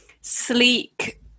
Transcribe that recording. sleek